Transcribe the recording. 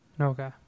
Okay